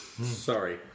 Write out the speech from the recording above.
sorry